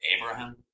Abraham